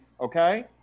Okay